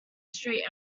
street